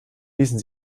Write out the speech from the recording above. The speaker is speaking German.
ließen